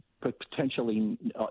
potentially